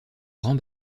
grand